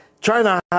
China